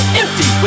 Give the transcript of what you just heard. empty